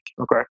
okay